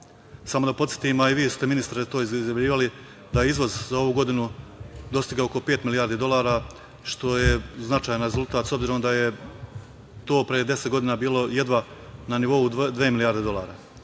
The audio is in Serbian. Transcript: da podsetim, a i vi ste, ministre, to izjavljivali, da je izvoz za ovu godinu dostigao oko pet milijardi dolara, što je značajan rezultat, s obzirom na to da je to pre 10 godina bilo jedva na nivou dve milijarde dolara.